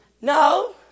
No